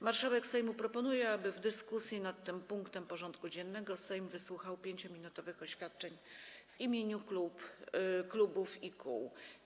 Marszałek Sejmu proponuje, aby w dyskusji nad tym punktem porządku dziennego Sejm wysłuchał 5-minutowych oświadczeń w imieniu klubów i kół.